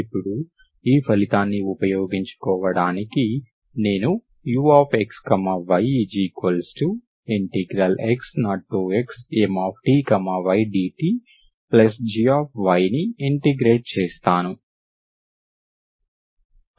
ఇప్పుడు ఈ ఫలితాన్ని ఉపయోగించుకోవడానికి నేను ux yx0xMty dtg ని ఇంటిగ్రేట్ చేస్తాను